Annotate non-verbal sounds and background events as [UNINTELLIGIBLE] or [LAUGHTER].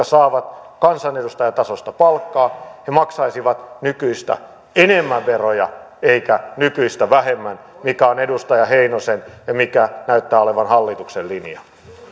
[UNINTELLIGIBLE] saavat kansanedustajatasoista palkkaa maksaisivat nykyistä enemmän veroja eivätkä nykyistä vähemmän mikä on edustaja heinosen ja mikä näyttää olevan hallituksen linja